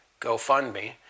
GoFundMe